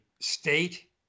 state